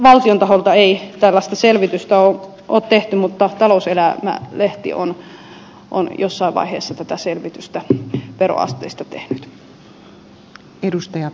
valtion taholta ei tällaista selvitystä ole tehty mutta talouselämä lehti on jossain vaiheessa tehnyt tätä selvitystä veroasteista